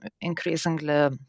increasingly